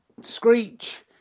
Screech